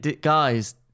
Guys